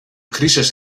crisis